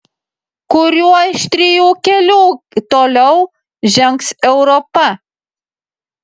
kuriuo iš trijų kelių toliau žengs europa